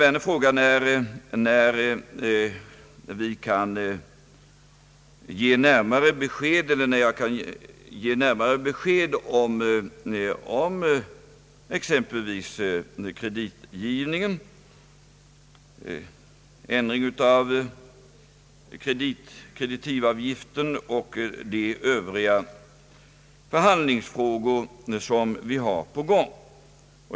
Herr Werner frågade när jag kunde ge närmare besked om exempelvis kreditgivningen, en ändring av kreditiv avgiften och de övriga förhandlingsfrå Sor som vi har på gång.